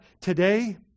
today